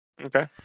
Okay